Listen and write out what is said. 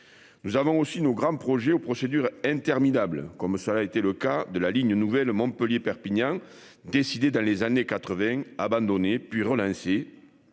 Nous avons aussi nos grands projets aux procédures interminables comme ça été le cas de la ligne nouvelle Montpellier-Perpignan décidé dans les années 80 abandonné puis relancer.